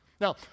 Now